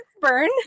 burn